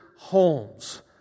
Homes